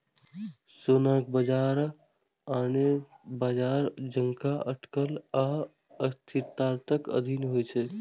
सोनाक बाजार आने बाजार जकां अटकल आ अस्थिरताक अधीन होइ छै